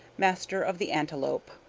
master of the antelope,